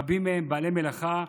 רבים מהם בעלי מלאכה,